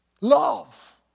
Love